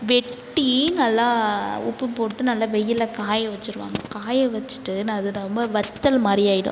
வெட்டி நல்லா உப்பு போட்டு நல்லா வெயிலில் காய வச்சிருவாங்க காய வச்சிட்டு ந அது ரொம்ப வத்தல் மாதிரி ஆயிடும்